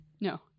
No